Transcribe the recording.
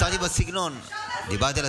אי-אפשר להגיד על